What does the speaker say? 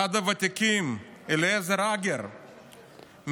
אחד הוותיקים, אליעזר הגר מחיפה,